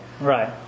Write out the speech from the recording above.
Right